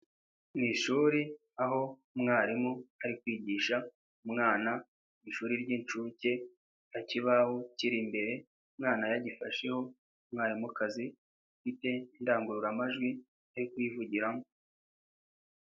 Mu ishuri aho umwarimu ari kwigisha umwana ishuri ry'inshuke, ikibaho kiri imbere umwana yagifasheho umwarimukazi ufite indangururamajwi ari kuyivugiramo.